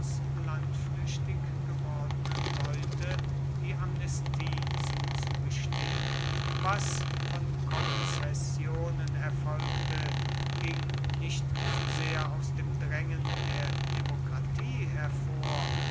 landflüchtig gewordenen leute die amnestie zuzugestehen was von konzessionen erfolgte ging nicht so sehr aus dem drängen der demokratie hervor